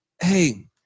hey